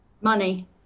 Money